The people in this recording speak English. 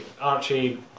Archie